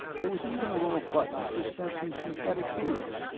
there was even a row of buttons dispensing synthetic foods,